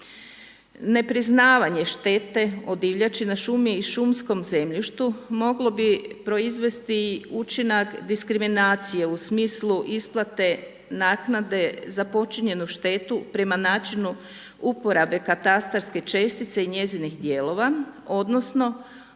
Ne priznavanje štete o divljači na šumi i šumskom zemljištu moglo bi proizvesti učinak diskriminacije u smislu isplate naknade za počinjenu štetu prema načinu uporabe katastarske čestite i njezinih dijelova odnosno